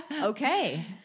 Okay